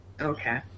Okay